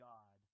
God